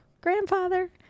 grandfather